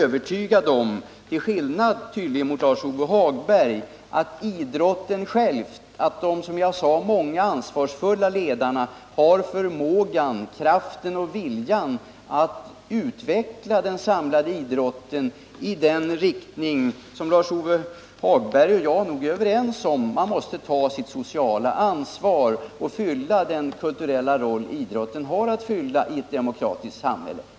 Jag är, tydligen till skillnad mot Lars-Ove Hagberg, övertygad om att idrotten själv med sina många ansvarsfulla ledare har förmåga, kraft och vilja att utveckla den samlade idrotten i den riktning som Lars-Ove Hagberg och jag nog är överens om. Man måste ta sitt sociala ansvar och fylla den kulturella roll som idrotten har att fylla i ett demokratiskt samhälle.